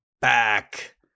back